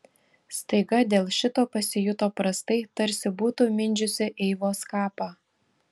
staiga dėl šito pasijuto prastai tarsi būtų mindžiusi eivos kapą